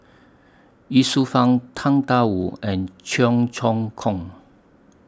Ye Shufang Tang DA Wu and Cheong Choong Kong